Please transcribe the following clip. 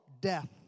death